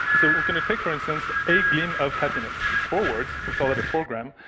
so take for instance a gleam of happiness. it's four words we call that a four-gram.